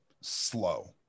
slow